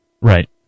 Right